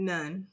None